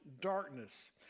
darkness